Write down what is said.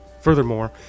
Furthermore